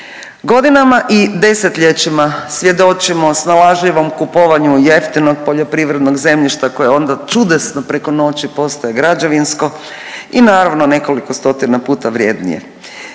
Godinama i desetljećima svjedočimo snalažljivom kupanju jeftinog poljoprivrednog zemljišta koje onda čudesno preko noći postaje građevinsko i naravno nekoliko stotina puta vrijednije,